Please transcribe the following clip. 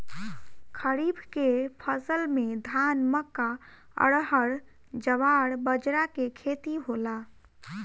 खरीफ के फसल में धान, मक्का, अरहर, जवार, बजरा के खेती होला